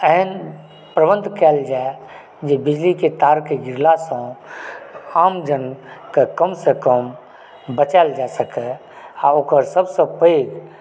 एहन प्रबन्ध कयल जाय जे बिजलीके तारकेँ गिरलासँ आमजनके कम सँ कम बचायल जाय सकए आ ओकर सबसँ पैघ